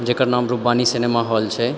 जकर नाम Rabbani cinema hall छै